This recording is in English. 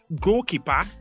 goalkeeper